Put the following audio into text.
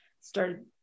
started